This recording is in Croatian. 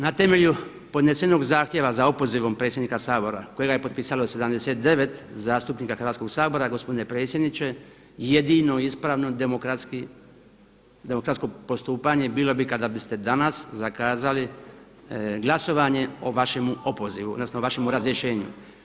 Na temelju podnesenog zahtjeva za opozivom predsjednika Sabora kojega je potpisalo 79 zastupnika Hrvatskog sabora gospodine predsjedniče jedino ispravno i demokratsko postupanje bilo bi kada biste danas zakazali glasovanje o vašemu opozivu, odnosno vašemu razrješenju.